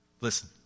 Listen